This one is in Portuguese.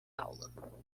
aula